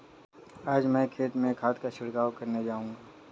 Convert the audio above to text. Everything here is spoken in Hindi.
आज मैं खेत में खाद का छिड़काव करने जाऊंगा